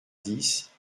dix